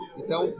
então